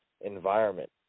environment